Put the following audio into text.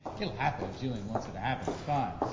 it'll happen if gillian wants it it happen, it's fine.